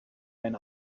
ein